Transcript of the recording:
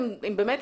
מדברים,